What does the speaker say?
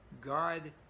God